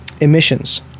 Emissions